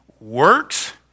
works